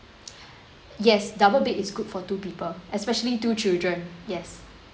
yes double bed is good for two people especially two children yes